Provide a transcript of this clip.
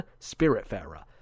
Spiritfarer